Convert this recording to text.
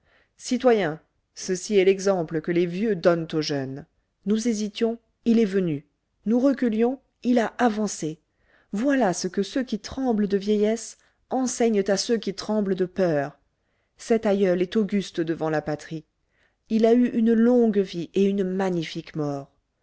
citoyens ceci est l'exemple que les vieux donnent aux jeunes nous hésitions il est venu nous reculions il a avancé voilà ce que ceux qui tremblent de vieillesse enseignent à ceux qui tremblent de peur cet aïeul est auguste devant la patrie il a eu une longue vie et une magnifique mort